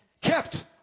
Kept